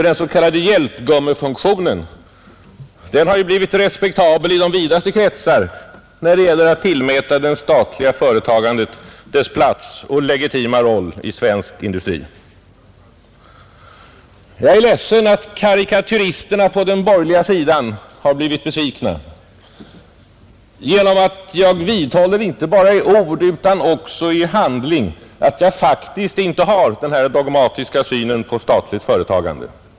Den s.k. hjälpgummefunktionen har ju blivit respektabel i de vidaste kretsar när det gäller att tillmäta det statliga företagandet dess plats och legitima roll i svensk industri. Jag är ledsen att karikatyristerna på den borgerliga sidan har blivit besvikna genom att jag vidhåller inte bara i ord utan också i handling att jag faktiskt inte har den dogmatiska synen på statligt företagande.